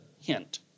hint